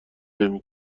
نمی